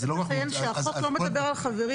אז --- צריך לציין שהחוק לא מדבר על חברים.